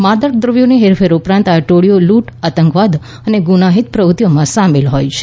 માદક દ્રવ્યોની હેરફેર ઉપરાંત આ ટોળીઓ લૂંટ આતંકવાદ અને ગુનાહિત પ્રવૃત્તિઓમાં સામેલ હોય છે